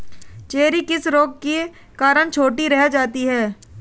Cherry किस रोग के कारण छोटी रह जाती है?